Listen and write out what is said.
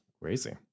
Crazy